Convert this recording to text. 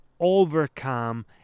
overcome